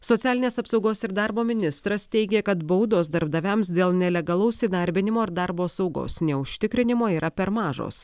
socialinės apsaugos ir darbo ministras teigia kad baudos darbdaviams dėl nelegalaus įdarbinimo ar darbo saugos neužtikrinimo yra per mažos